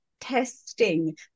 testing